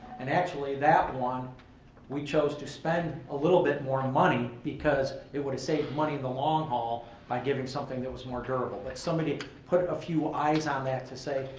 and actually, that one we chose to spend a little bit more and money because it would have saved money in the long haul by giving something that was more durable. but somebody put a few eyes on that to say,